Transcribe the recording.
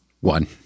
One